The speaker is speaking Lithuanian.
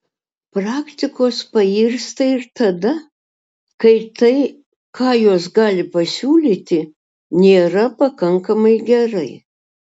praktikos pairsta ir tada kai tai ką jos gali pasiūlyti nėra pakankamai gerai